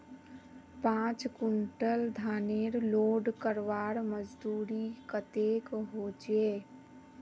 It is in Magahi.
पाँच कुंटल धानेर लोड करवार मजदूरी कतेक होचए?